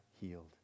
healed